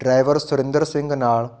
driver Surinder Singh ਨਾਲ